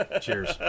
Cheers